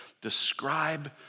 describe